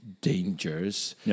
dangers